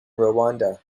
rwanda